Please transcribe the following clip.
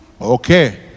okay